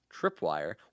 Tripwire